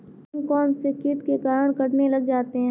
मूंग कौनसे कीट के कारण कटने लग जाते हैं?